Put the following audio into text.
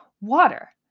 water